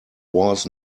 was